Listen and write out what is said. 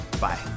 Bye